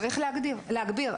צריך להגביר.